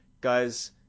guys